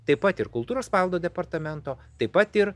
taip pat ir kultūros paveldo departamento taip pat ir